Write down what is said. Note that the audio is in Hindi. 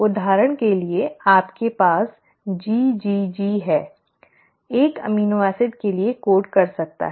उदाहरण के लिए आपके पास GGG है एक अमीनो एसिड के लिए कोड कर सकता है